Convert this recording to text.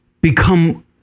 become